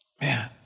Man